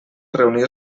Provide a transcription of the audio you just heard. reunir